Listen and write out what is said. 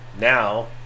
now